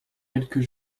quelques